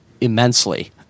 immensely